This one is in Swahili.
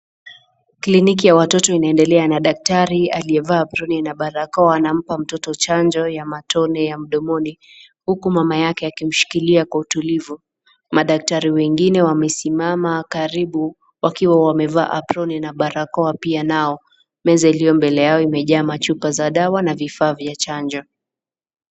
Kliniki ya watoto inaendelea na daktari aliyevaa proni na barakoa anampa mtoto chanjo ya matone ya mdomoni huku mama yake akimshikilia kwa utulivu, madaktari wengine wamesimama karibu wakiwa wamevaa aproni na barakoa pia nao, meza iliyo mbele yao imejaa machupa za dawa na vifaa vya chanjo.